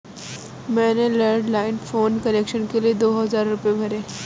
मैंने landline phone connection के लिए दो हजार रुपए भरे